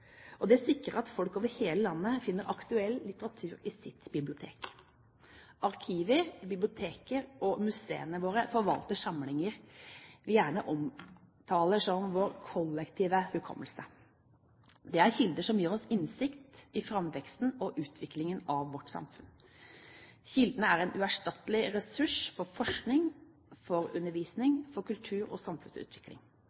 Det sikrer at folk over hele landet finner aktuell litteratur i sitt bibliotek. Arkiver, biblioteker og museene våre forvalter samlinger vi gjerne omtaler som vår kollektive hukommelse. Det er kilder som gir oss innsikt i framveksten og utviklingen av samfunnet vårt. Kildene er en uerstattelig ressurs for forskning, for